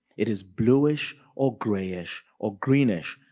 it is blueish or grayish or greenish,